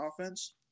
offense